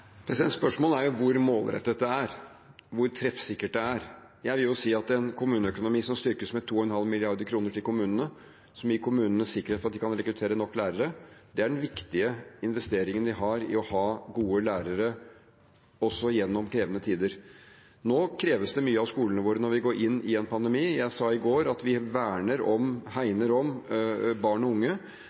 Spørsmålet er hvor målrettet det er – hvor treffsikkert det er. Jeg vil jo si at en kommuneøkonomi som styrkes med 2,5 mrd. kr, og som gir kommunene sikkerhet for at de kan rekruttere nok lærere, er den viktige investeringen vi har i å ha gode lærere også gjennom krevende tider. Det kreves mye av skolene våre når vi går inn i en pandemi. Jeg sa i går at vi verner om og hegner om barn og unge,